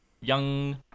young